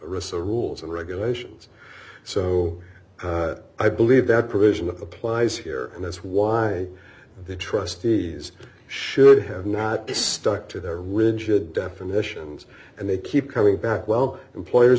reso rules and regulations so i believe that provision applies here and that's why the trustees should have not just stuck to their rigid definitions and they keep coming back well employers